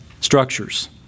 structures